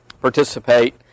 participate